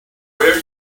where